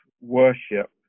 worship